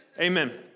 Amen